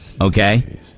Okay